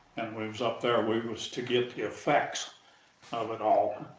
we we was up there. and we was to get the effects of it all.